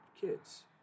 kids